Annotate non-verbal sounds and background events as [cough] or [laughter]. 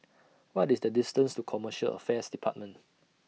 [noise] What IS The distance to Commercial Affairs department [noise]